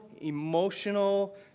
emotional